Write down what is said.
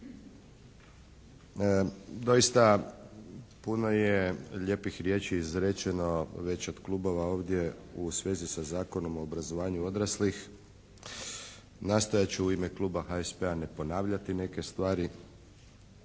Doista puno je lijepih riječi izrečeno već od klubova ovdje u svezi sa Zakonom o obrazovanju odraslih. Nastojat ću u ime kluba HSP-a ne ponavljati neke stvari.